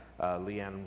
Leanne